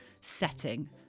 setting